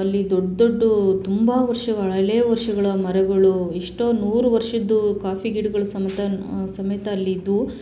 ಅಲ್ಲಿ ದೊಡ್ಡ ದೊಡ್ಡ ತುಂಬ ವರ್ಷಗಳ ಹಳೆಯ ವರ್ಷಗಳ ಮರಗಳು ಇಷ್ಟೊಂದು ನೂರು ವರ್ಷದ್ದು ಕಾಫಿ ಗಿಡಗಳು ಸಮೇತ ಸಮೇತ ಅಲ್ಲಿ ಇದ್ದವು